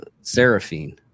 Seraphine